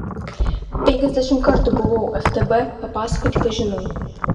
penkiasdešimt kartų buvau ftb papasakoti ką žinau